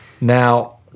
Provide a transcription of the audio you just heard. Now